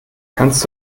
kannst